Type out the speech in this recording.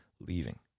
leaving